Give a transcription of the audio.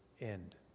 end